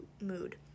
mood